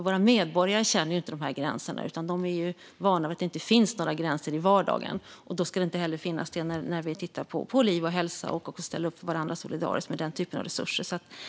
Våra medborgare känner inte gränserna utan är vana vid att det inte finns några gränser i vardagen. Då ska det inte heller finnas gränser när vi tittar på liv och hälsa och på att ställa upp för varandra solidariskt med den typen av resurser.